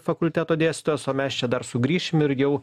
fakulteto dėstytojas o mes čia dar sugrįšim ir jau